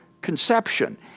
conception